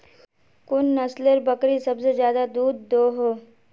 कुन नसलेर बकरी सबसे ज्यादा दूध दो हो?